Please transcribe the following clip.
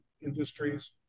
industries